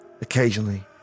Occasionally